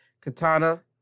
Katana